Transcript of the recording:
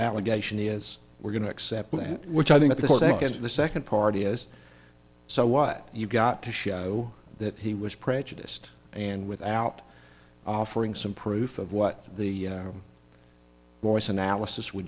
allegation is we're going to accept that which i think the second the second part is so what you've got to show that he was prejudiced and without offering some proof of what the voice analysis would